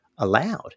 allowed